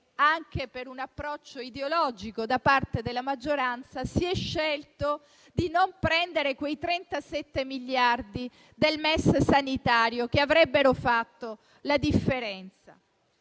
anche per un approccio ideologico da parte della maggioranza si è scelto di non prendere quei 37 miliardi del MES sanitario che avrebbero fatto la differenza.